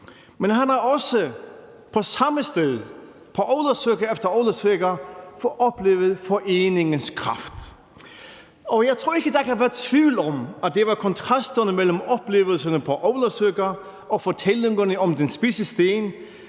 men han har også på samme sted, på ólavsøka efter ólavsøka, oplevet foreningens kraft. Og jeg tror ikke, der kan være tvivl om, at det var kontrasterne mellem oplevelserne på ólavsøka og fortællingerne om den spidse sten,